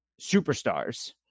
superstars